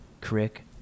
crick